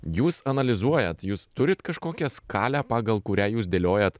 jūs analizuojat jūs turit kažkokią skalę pagal kurią jūs dėliojat